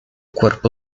corpo